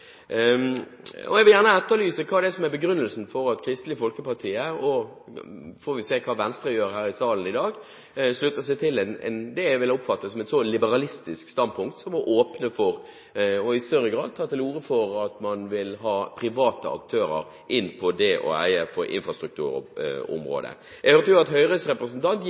og avløp er. Jeg vil gjerne etterlyse hva det er som er begrunnelsen for at Kristelig Folkeparti – og så får vi se hva Venstre gjør her i salen i dag – slutter seg til et så liberalistisk standpunkt, som jeg vil oppfatte det som, som å åpne for og i større grad ta til orde for private aktører inn på det å eie på infrastrukturområdet. Jeg hørte at Høyres representant